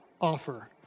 offer